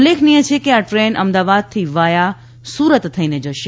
ઉલ્લેખનીય છે કે આ ટ્રેન અમદાવાદ થી વાયા સુરત થઇને જશે